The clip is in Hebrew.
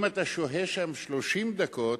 אם אתה שוהה שם 30 דקות,